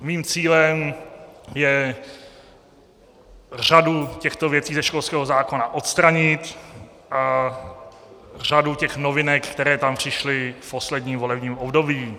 Mým cílem je řadu těchto věcí ze školského zákona odstranit a řadu těch novinek, které tam přišly v posledním volebním období.